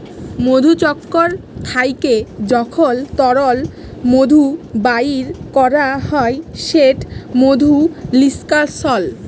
মধুচক্কর থ্যাইকে যখল তরল মধু বাইর ক্যরা হ্যয় সেট মধু লিস্কাশল